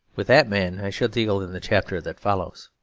with that man i shall deal in the chapter that follows.